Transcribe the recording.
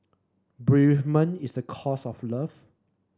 bereavement is a cost of love